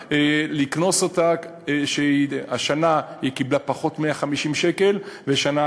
לקנוס אותה, השנה היא קיבלה פחות 150 שקל, ובשנה